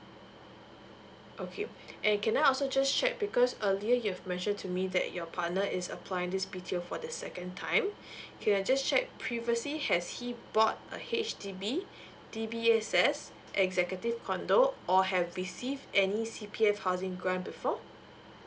okay and can I also just check because earlier you've mentioned to me that your partner is applying this B_T_O for the second time can I just checked previously has he brought a H_D_B D_B_S_S executive condo or have receive any C_P_F housing grant before